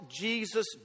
Jesus